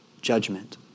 judgment